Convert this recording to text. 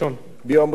ביום ראשון,